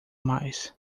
mais